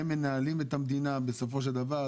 הם מנהלים את המדינה בסופו של דבר.